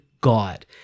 God